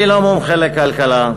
אני לא מומחה לכלכלה,